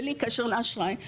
בלי קשר לאשראי,